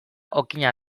okina